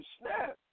snap